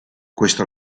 questo